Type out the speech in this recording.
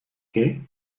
que